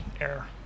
air